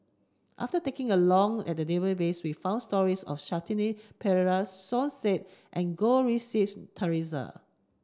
after taking a long at the database we found stories of Shanti Pereira Som Said and Goh Rui Si Theresa